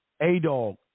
A-dog